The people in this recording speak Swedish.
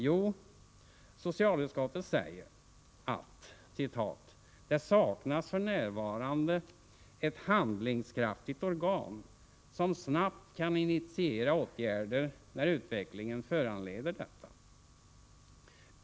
Jo, socialutskottet skriver: ”Det saknas f.n. ett handlingskraftigt alkoholpolitiskt organ som snabbt kan initiera åtgärder när utvecklingen föranleder detta.